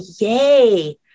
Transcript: yay